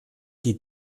die